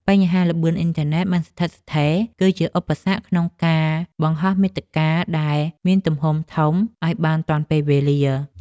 បញ្ហាល្បឿនអ៊ីនធឺណិតមិនស្ថិតស្ថេរ គឺជាឧបសគ្គក្នុងការបង្ហោះមាតិកាដែលមានទំហំធំឱ្យបានទាន់ពេលវេលា។